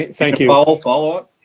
thank you. powell, follow